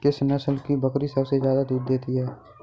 किस नस्ल की बकरी सबसे ज्यादा दूध देती है?